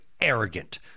arrogant